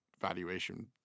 valuation